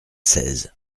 seize